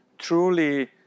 truly